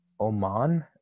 Oman